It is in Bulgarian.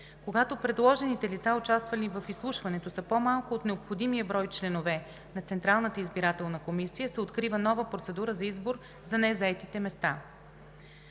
Когато предложените лица, участвали в изслушването, са по-малко от необходимия брой членове на Централната избирателна комисия, се открива нова процедура за избор за незаетите места.